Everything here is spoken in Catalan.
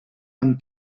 amb